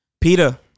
Peter